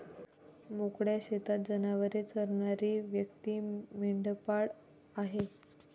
मोकळ्या शेतात जनावरे चरणारी व्यक्ती मेंढपाळ आहे